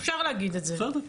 אפשר להגיד את זה.